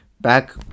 Back